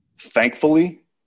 Thankfully